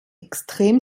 extrem